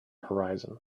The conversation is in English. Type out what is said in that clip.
horizon